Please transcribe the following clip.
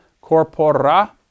corpora